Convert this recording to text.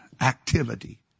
activity